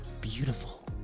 beautiful